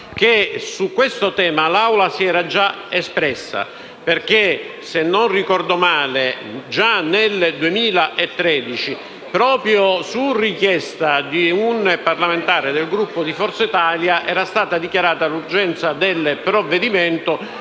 che su questo tema si era espressa perché - se non ricordo male - già nel 2013, proprio su richiesta di un parlamentare del Gruppo di Forza Italia, era stata dichiarata l’urgenza del provvedimento